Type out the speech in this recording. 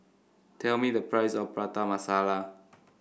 tell me the price of Prata Masala